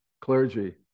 clergy